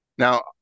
Now